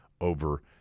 over